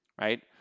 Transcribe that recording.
right